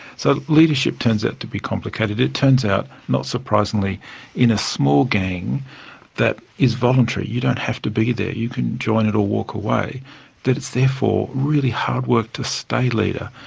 so leadership turns out to be complicated, it turns out, not surprisingly in a small gang that is voluntary you don't have to be there, you can join it or walk away that it's therefore really hard work to stay leader.